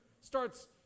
starts